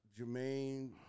Jermaine